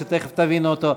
שתכף תבינו אותו.